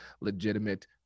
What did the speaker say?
legitimate